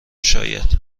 شاید